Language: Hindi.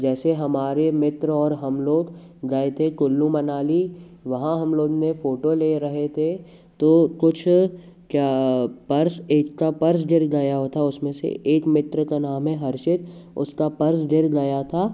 जैसे हमारे मित्र और हम लोग गए थे कुल्लू मनाली वहाँ हम लोग ने फोटो ले रहे थे तो कुछ क्या पर्स एक का पर्स गिर गया हो था उसमें से एक मित्र का नाम है हर्षित उसका पर्स गिर गया था